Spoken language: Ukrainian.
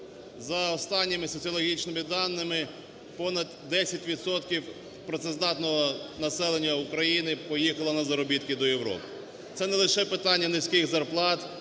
За останніми соціологічними даними, понад 10 відсотків працездатного населення України поїхали на заробітки до Європи. Це не лише питання низьких зарплат